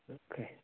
okay